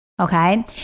Okay